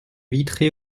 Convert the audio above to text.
vitrée